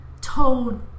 told